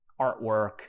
artwork